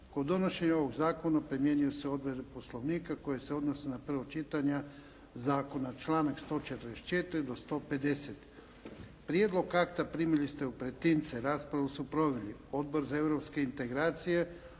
Kod donošenja ovog zakona primjenjuju se odredbe Poslovnika koje se odnose na prvo čitanje zakona članak 144. do 150. Prijedlog akta primili ste u pretince. Raspravu su proveli Odbor za europske integracije,